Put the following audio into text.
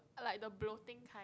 like the bloating kind